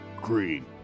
green